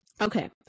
Okay